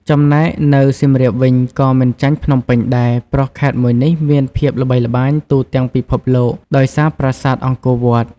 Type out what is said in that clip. ចំណែកនៅសៀមរាបវិញក៏មិនចាញ់ភ្នំពេញដែរព្រោះខេត្តមួយនេះមានភាពល្បីល្បាញទូទាំងពិភពលោកដោយសារប្រាសាទអង្គរវត្ត ។